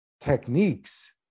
techniques